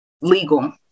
legal